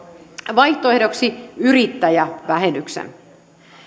vaihtoehdoksi yrittäjävähennyksen